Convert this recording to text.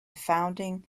founding